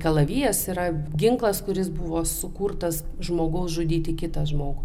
kalavijas yra ginklas kuris buvo sukurtas žmogaus žudyti kitą žmogų